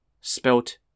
spelt